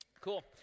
Cool